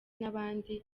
n’abandi